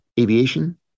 aviation